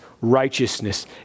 righteousness